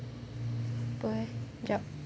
apa eh jap